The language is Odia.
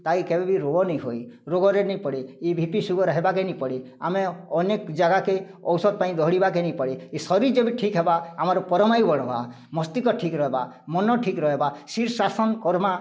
ତାହାକେ କେବେବି ରୋଗ ନାଇ ହୁଏ ରୋଗରେ ନି ପଡ଼େ ଇ ବିପି ସୁଗାର୍ ହେବାକେ ନି ପଡ଼େ ଆମେ ଅନେକ୍ ଜାଗାକେ ଔଷଧ୍ ପାଇଁ ଦୌଡ଼ିବାକେ ନାଇ ପଡ଼େ ଇ ଶରୀର୍ ଯେବେ ଠିକ୍ ହେବା ଆମର୍ ପରମାୟୁ ବଢ଼୍ବା ମସ୍ତିଷ୍କ ଠିକ୍ ରହେବା ମନ୍ ଠିକ୍ ରହେବା ଶୀର୍ଷାସନ୍ କର୍ମା